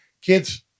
kids